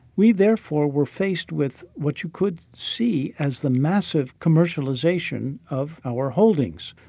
we therefore were faced with what you could see as the massive commercialisation of our holdings.